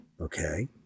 okay